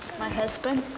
my husband,